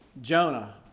Jonah